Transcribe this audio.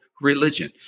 religion